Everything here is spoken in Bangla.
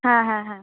হ্যাঁ হ্যাঁ হ্যাঁ